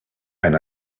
and